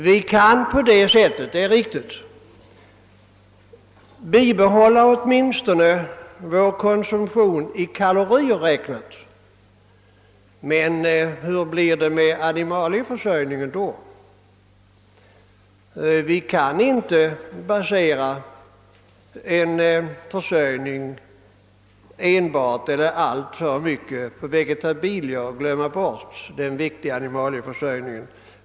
Vi kan på det sättet, det är riktigt, bibehålla vår konsumtion i kalorier räknad, men hur blir det med animalieförsörjningen? Vi kan inte basera vår försörjning enbart eller i alltför stor utsträckning på vegetabilier och försumma den viktiga animalieförsörj ningen.